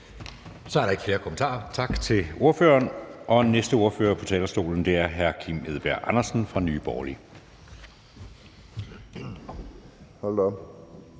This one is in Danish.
Så er der ikke flere kommentarer. Tak til ordføreren. Den næste ordfører på talerstolen er hr. Kim Edberg Andersen fra Nye Borgerlige. Kl.